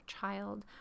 child